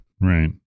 Right